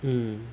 hmm